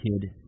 kid